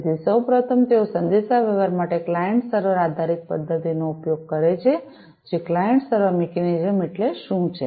તેથી સૌ પ્રથમ તેઓ સંદેશાવ્યવહાર માટે ક્લાયંટ સર્વર આધારિત પદ્ધતિનો ઉપયોગ કરે છે જે ક્લાઈન્ટ સર્વર મિકેનિઝમ એટલે શું છે